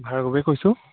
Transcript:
ভাৰ্গৱে কৈছোঁ